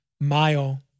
Mile